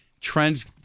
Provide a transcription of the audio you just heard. trends